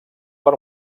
per